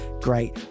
great